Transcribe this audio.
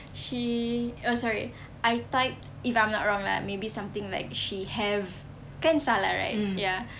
he oh sorry I typed if I'm not wrong lah maybe something like she have kan salah right ya